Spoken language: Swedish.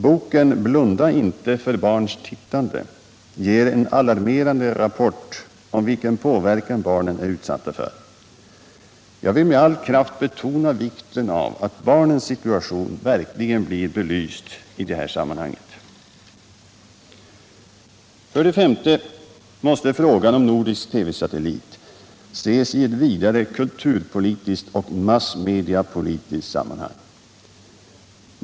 Boken Blunda inte för barnens tittande ger en alarmerande rapport om vilken påverkan barnen är utsatta för. Jag vill med all kraft betona vikten av att barnens situation verkligen blir belyst i detta sammanhang. För det femte måste frågan om en nordisk TV-satellit ses i ett vidare kulturpolitiskt och massmediapolitiskt sammanhang.